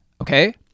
Okay